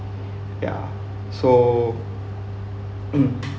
ya so